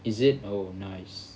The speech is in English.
is it oh nice